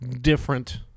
different